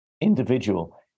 individual